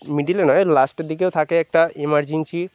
মিডিলে নয় লাস্টের দিকেও থাকে একটা ইমারজেন্সি